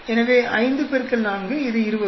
எனவே 5 X 4 இது 20